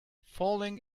falling